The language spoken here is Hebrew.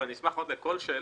ואני אשמח מאוד לכל שאלה,